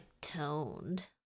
toned